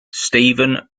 steven